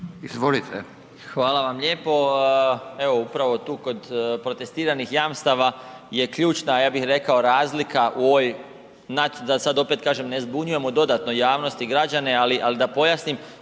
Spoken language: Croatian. Zdravko** Hvala vam lijepo. Evo upravo tu kod protestiranih jamstava je ključna razlika u ovoj da sada opet kažem ne zbunjujemo dodatno javnost i građane ali da pojasnim,